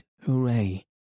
hooray